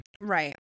Right